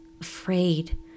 afraid